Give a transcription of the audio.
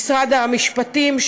למשרד המשפטים,